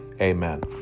amen